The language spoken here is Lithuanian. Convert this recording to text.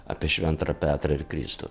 apie šventą petrą ir kristų